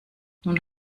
nun